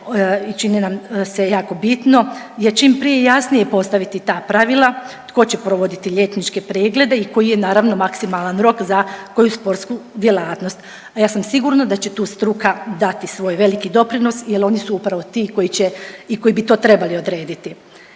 čini nam se jako bitno je čim prije i jasnije postaviti ta pravila tko će provoditi liječničke preglede i koji je naravno maksimalan rok za koju sportsku djelatnost, a ja sam sigurna da će tu struka dati svoj veliki doprinos jel oni su upravo ti koji će i koji bi to trebali odrediti.